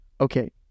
Okay